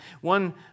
One